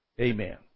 Amen